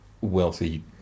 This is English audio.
wealthy